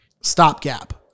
stopgap